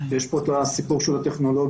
יש פה את הסיפור של הטכנולוגיות,